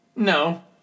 No